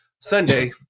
Sunday